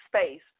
space